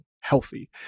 healthy